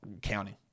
counting